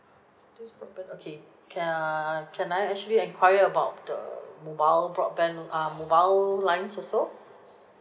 this broadband okay can err can I actually enquire about the mobile broadband uh mobile lines also